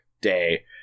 day